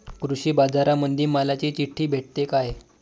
कृषीबाजारामंदी मालाची चिट्ठी भेटते काय?